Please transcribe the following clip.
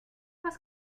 das